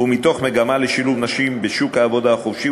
מתוך מגמה לשילוב נשים בשוק העבודה החופשי,